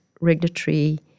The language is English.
regulatory